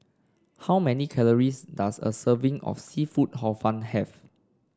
how many calories does a serving of seafood Hor Fun have